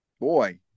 boy